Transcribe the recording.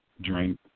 drink